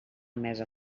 mesa